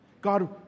God